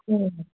ꯎꯝ